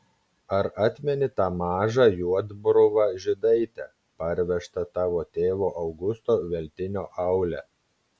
ar atmeni tą mažą juodbruvą žydaitę parvežtą tavo tėvo augusto veltinio aule